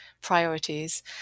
priorities